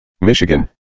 Michigan